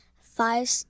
five